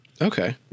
okay